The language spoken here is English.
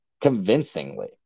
convincingly